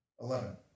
Eleven